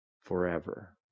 forever